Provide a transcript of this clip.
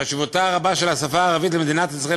חשיבותה הרבה של השפה הערבית למדינת ישראל